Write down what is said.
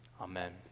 Amen